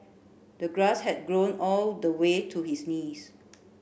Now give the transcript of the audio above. the grass had grown all the way to his knees